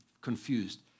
confused